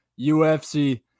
UFC